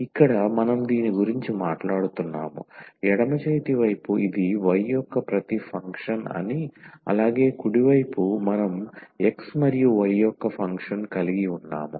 ఇక్కడ మనం దీని గురించి మాట్లాడుతున్నాము ఎడమ చేతి వైపు ఇది y యొక్క ప్రతి ఫంక్షన్ అని అలాగే కుడి వైపు మనం x మరియు y యొక్క ఫంక్షన్ కలిగి ఉన్నాము